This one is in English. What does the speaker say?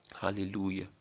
Hallelujah